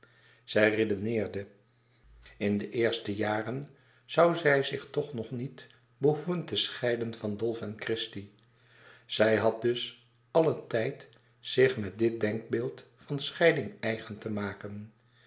zij redeneerde in de eerste jaren zoû zij zich toch nog niet behoeven te scheiden van dolf en christie zij had dus allen tijd zich met dit denkbeeld van scheiding eigen te maken